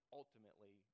ultimately